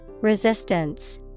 Resistance